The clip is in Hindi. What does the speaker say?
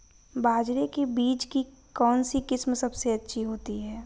बाजरे के बीज की कौनसी किस्म सबसे अच्छी होती है?